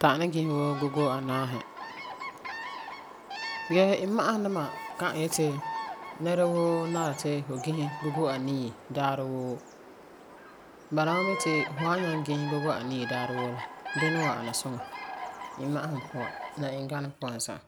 ta'am ni gise wuu gogo anaasi. Yese, imma'asum duma ka'am yeti nɛrawoo nari ti a gise gogo anii daarewoo. Bala mam mi ti fu san nyaŋɛ gise gogo anii daarewoo, dinɛ n wan ana suŋa imma'asum puan la inganɛ puan za'a.